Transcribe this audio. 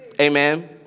Amen